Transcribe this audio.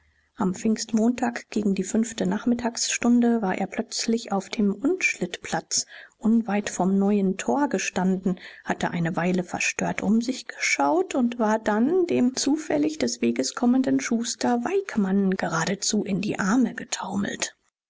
am pfingstmontag gegen die fünfte nachmittagsstunde war er plötzlich auf dem unschlittplatz unweit vom neuen tor gestanden hatte eine weile verstört um sich geschaut und war dann dem zufällig des weges kommenden schuster weikmann geradezu in die arme getaumelt